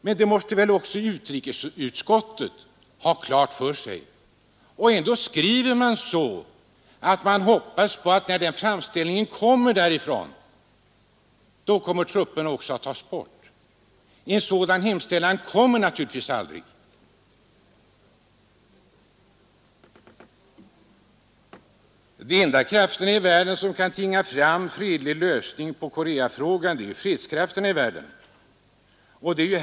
Men det måste också utrikesutskottet ha klart för sig. Ändå skriver utskottet att det hoppas att trupperna dras bort när en framställning kommer. En sådan hemställan kommer naturligtvis aldrig. De enda krafter i världen som kan tvinga fram en fredlig lösning på Koreafrågan är ju fredskrafterna i världen.